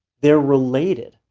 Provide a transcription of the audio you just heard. they're related,